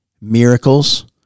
miracles